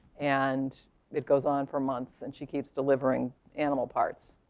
and it goes on for months, and she keeps delivering animal parts.